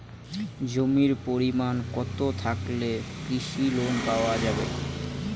জমির পরিমাণ কতো থাকলে কৃষি লোন পাওয়া যাবে?